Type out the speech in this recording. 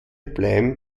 bleiben